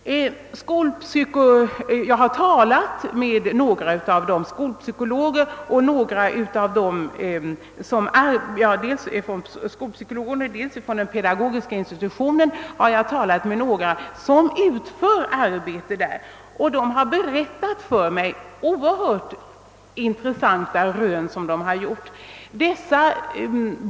Jag har talat med några skolpsykologer och folk från den pedagogiska institutionen, och de har berättat för mig om oerhört intressanta rön som de har gjort.